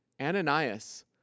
Ananias